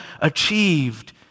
achieved